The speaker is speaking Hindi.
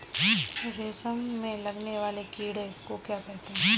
रेशम में लगने वाले कीड़े को क्या कहते हैं?